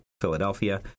Philadelphia